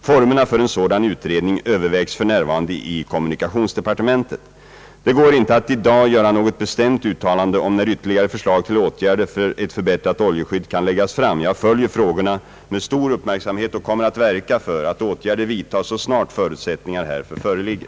Formerna för en sådan utredning övervägs f. n. i kommunikationsdepartementet. Det går inte att i dag göra något bestämt uttalande om när ytterligare förslag till åtgärder för ett förbättrat oljeskydd kan läggas fram. Jag följer frågorna med stor uppmärksamhet och kommer att verka för att åtgärder vidtas så snart förutsättningar härför föreligger.